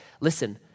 listen